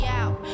out